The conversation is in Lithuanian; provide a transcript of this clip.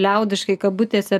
liaudiškai kabutėse